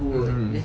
mmhmm